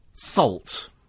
Salt